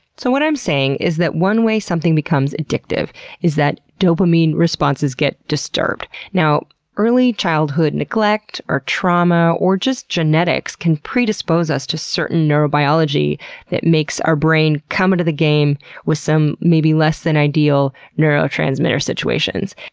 so what i'm saying is that one way something becomes addictive is that dopamine responses get disturbed. early childhood neglect or trauma, or just genetics, can predispose us to certain neurobiology that makes our brain come into the game with some maybe less-than-ideal neurotransmitter situations.